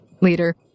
leader